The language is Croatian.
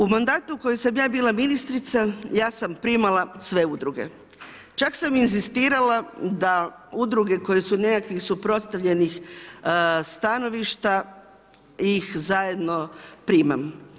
U mandatu u kojem sam ja bila ministrica, ja sam primala sve udruge, čak sam inzistirala da udruge koje su nekakvih suprotstavljenih stanovišta ih zajedno primam.